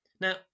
Now